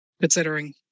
Considering